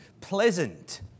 pleasant